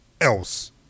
else